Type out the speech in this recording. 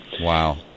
Wow